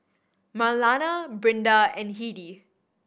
Marlana Brinda and Hedy